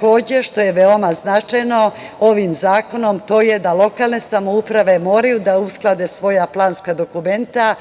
Ono što je veoma značajno ovim zakonom to je da lokalne samouprave moraju da usklade svoja planska dokumenta